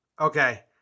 Okay